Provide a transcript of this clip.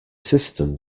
system